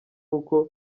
uko